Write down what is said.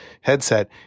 headset